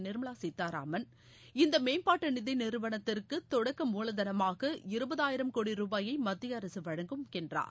நிர்மவா சீதாராமன்இந்த மேம்பாட்டு நிதி நிறுவனத்துக்கு தொடக்க மூலதனமாக இருபதாயிரம் கோடி ரூபாயை மத்திய அரசு வழங்கும் என்றார்